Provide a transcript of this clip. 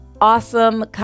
awesome